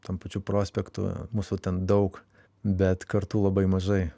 tuom pačiu prospektu mūsų ten daug bet kartu labai mažai